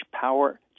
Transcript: power